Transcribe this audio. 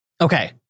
Okay